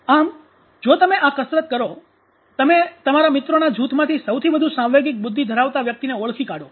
આમ જો તમે આ કસરત કરો તમે તમારા મિત્રોના જૂથમાંથી સૌથી વધુ સાંવેગિક બુદ્ધિ ધરાવતા વ્યક્તિને ઓળખી કાઢો